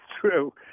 true